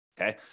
okay